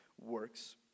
works